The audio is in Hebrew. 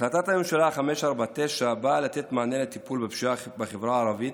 החלטת הממשלה 549 באה לתת מענה לטיפול בפשיעה בחברה הערבית